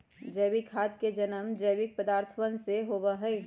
जैविक खाद के जन्म जैविक पदार्थवन से होबा हई